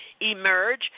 Emerge